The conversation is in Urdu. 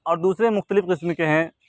اور دوسرے مختلف قسم کے ہیں